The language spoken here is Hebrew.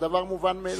זה דבר מובן מאליו.